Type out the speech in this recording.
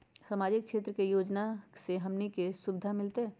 सामाजिक क्षेत्र के योजना से हमनी के की सुविधा मिलतै?